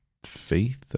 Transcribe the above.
Faith